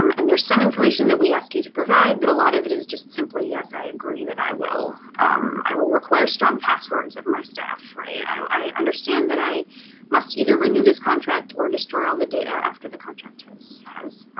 um and there's some information that we ask you to provide, but a lot of it is just simply yes i agree that i will i will require strong passwords of my staff. right? i understand that i must either renew this contract or destroy all the data after the contract has has